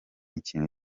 ikintu